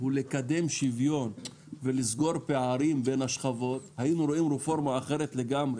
לקדם שוויון ולסגור פערים בין השכבות היינו רואים רפורמה אחרת לגמרי.